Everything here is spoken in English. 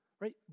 right